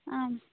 आम्